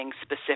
specific